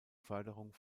förderung